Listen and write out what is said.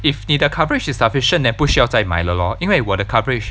if 你的 coverage is sufficient then 不需要在买了 lor 因为我的 coverage